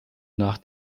nach